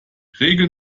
regel